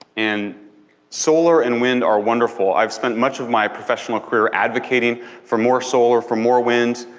and solar and wind are wonderful i've spent much of my professional career advocating for more solar, for more wind,